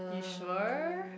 you sure